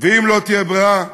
אם לא תהיה ברירה,